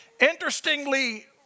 Interestingly